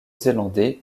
zélandais